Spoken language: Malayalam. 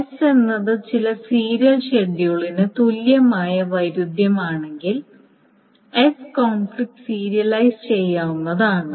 S എന്നത് ചില സീരിയൽ ഷെഡ്യൂളിന് തുല്യമായ വൈരുദ്ധ്യമാണെങ്കിൽ S കോൺഫ്ലിക്റ്റ് സീരിയലൈസ് ചെയ്യാവുന്നതാണ്